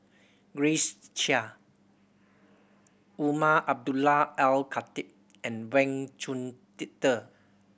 Grace Chia Umar Abdullah Al Khatib and Wang